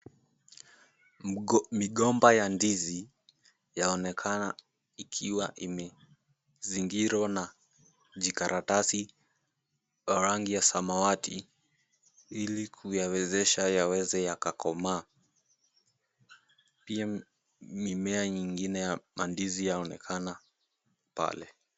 Migomba ya ndizi yaonekana ikiwa imezingirwa na jikaratasi rangi ya samawati ili kuyawezesha yaweze yakakomaa. Pia mimea nyingine ya mandizi yaonekana pale.